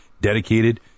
dedicated